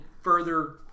further